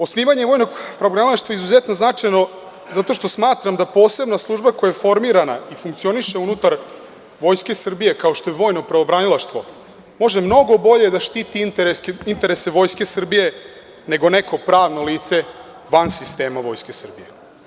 Osnivanje vojnog pravobranilaštva je izuzetno značajno zato što smatram da posebna služba koja je formirana i funkcioniše unutar Vojske Srbije, kao što je vojno pravobranilaštvo, može mnogo bolje da štiti interese Vojske Srbije nego neko pravno lice van sistema Vojske Srbije.